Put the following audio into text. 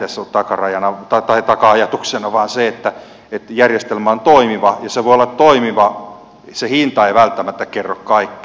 sehän ei tässä ollut taka ajatuksena vaan se että järjestelmä on toimiva ja se halpakin voi olla toimiva se hinta ei välttämättä kerro kaikkea